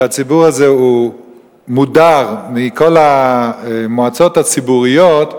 שהציבור הזה מודר מכל המועצות הציבוריות,